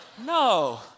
No